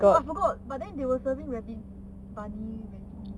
oh I forgot but then they were serving rabbit bunny bunny rabbit meat